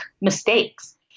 mistakes